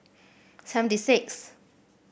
seventy sixth